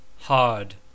hard